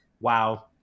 WoW